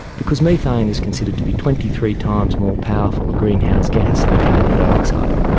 because methane is considered to be twenty three times more powerful a greenhouse gas than carbon dioxide.